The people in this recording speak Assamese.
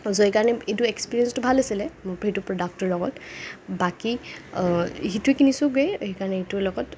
চ' সেইকাৰণে এইটোৰ এক্সপেৰিয়েঞ্চটো ভাল আছিলে মোৰ সেইটো প্ৰডাক্টোৰ লগত বাকী সেইটোৱে কিনিছোগে সেইকাৰণে সেইটোৰ লগত